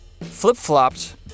flip-flopped